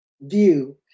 view